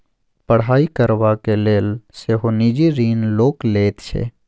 पढ़ाई करबाक लेल सेहो निजी ऋण लोक लैत छै